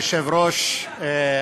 כבוד היושב-ראש,